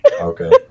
okay